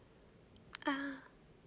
ah